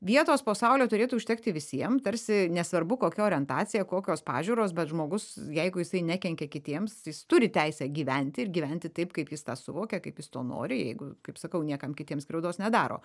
vietos po saule turėtų užtekti visiem tarsi nesvarbu kokia orientacija kokios pažiūros bet žmogus jeigu jisai nekenkia kitiems jis turi teisę gyventi ir gyventi taip kaip jis tą suvokia kaip jis to nori jeigu kaip sakau niekam kitiems skriaudos nedaro